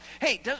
hey